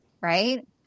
right